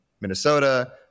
Minnesota